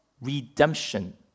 redemption